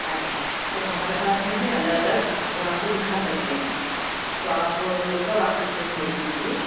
अच्छा तो हमारे पास में है अलग अलग और आपको दिखा सकते हैं तो आप कब आ सकते हैं देखने के लिए